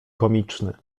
komiczny